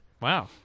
Wow